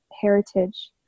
heritage